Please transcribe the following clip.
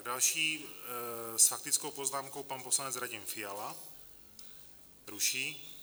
Další s faktickou poznámkou, pan poslanec Radim Fiala ruší.